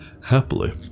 Happily